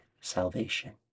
salvation